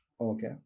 Okay